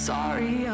Sorry